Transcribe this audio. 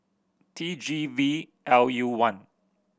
T G V L U one